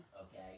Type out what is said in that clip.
okay